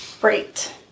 Great